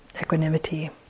equanimity